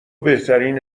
بهترین